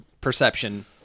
perception